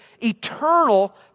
eternal